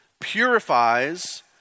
purifies